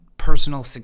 personal